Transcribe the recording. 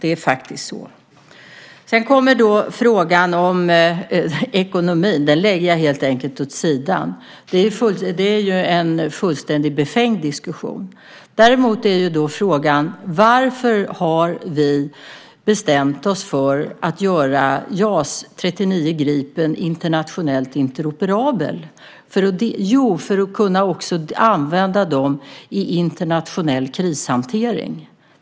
Det är faktiskt så. Frågan om ekonomin lägger jag helt enkelt åt sidan. Det är ju en fullständigt befängd diskussion. Däremot är frågan varför vi bestämt oss för att göra JAS 39 Gripen internationellt interoperabelt. Jo, för att också kunna använda det i internationell krishantering.